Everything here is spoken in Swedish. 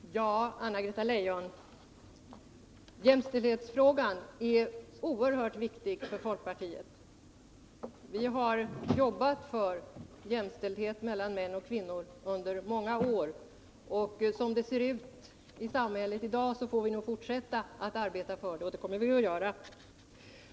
Herr talman! Ja, Anna-Greta Leijon, jämställdhetsfrågan är oerhört viktig för folkpartiet. Vi har jobbat för jämställdhet mellan män och kvinnor under många år. Som det ser ut i samhället i dag får vi nog fortsätta att arbeta för det, och det kommer vi att göra.